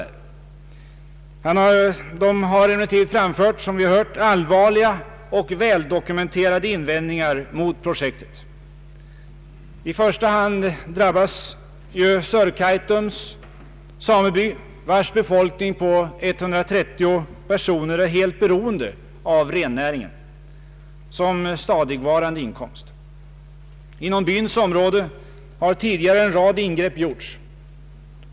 Samerna har emellertid, som vi har hört, framfört allvarliga och väldokumenterade invändningar mot projektet. I första hand drabbas Sörkaitums sameby, vars befolkning på 130 personer är helt beroende av rennäringen som stadigvarande inkomst. Inom byns område har tidigare en rad ingrepp gjorts.